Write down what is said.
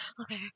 okay